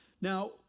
Now